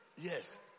Yes